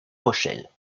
rochelle